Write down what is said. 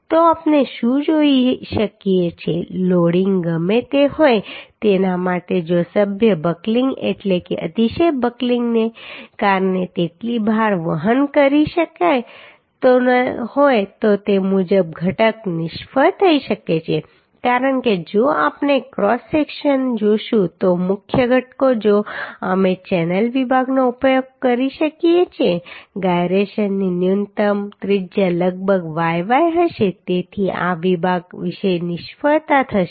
તો આપણે શું જોઈ શકીએ કે લોડિંગ ગમે તે હોય તેના માટે જો સભ્ય બકલિંગ એટલે કે અતિશય બકલિંગને કારણે તેટલો ભાર વહન કરી શકતો ન હોય તો તે મુખ્ય ઘટક નિષ્ફળ થઈ શકે છે કારણ કે જો આપણે ક્રોસ સેક્શન જોશું તો મુખ્ય ઘટકો જો અમે ચેનલ વિભાગનો ઉપયોગ કરીએ છીએ gyrationની ન્યૂનતમ ત્રિજ્યા લગભગ yy હશે તેથી આ વિભાગ વિશે નિષ્ફળતા થશે